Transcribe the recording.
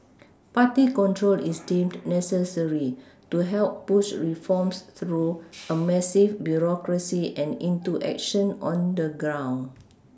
party control is deemed necessary to help push reforms through a massive bureaucracy and into action on the ground